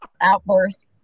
outburst